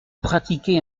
pratiquez